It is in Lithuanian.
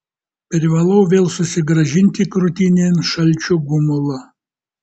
privalau vėl susigrąžinti krūtinėn šalčio gumulą